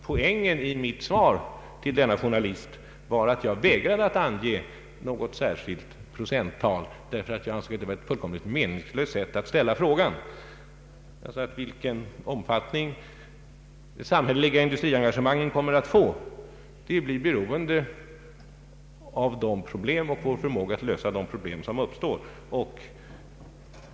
Poängen i mitt svar till denna journalist var att jag vägrade att ange något särskilt procenttal, därför att jag ansåg frågan var ställd på ett fullkomligt meningslöst sätt. Jag sade att den omfattning de samhälleliga industriengagemangen kommer att få blir beroende av de problem som uppstår och vår förmåga att lösa dessa problem.